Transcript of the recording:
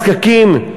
באותם נזקקים.